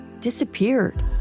disappeared